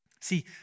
See